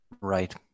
Right